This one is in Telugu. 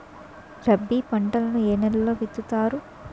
రబీ పంటలను ఏ నెలలో విత్తుతారు?